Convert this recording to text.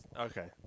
Okay